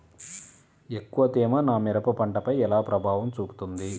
ఎక్కువ తేమ నా మిరప పంటపై ఎలా ప్రభావం చూపుతుంది?